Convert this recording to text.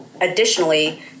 additionally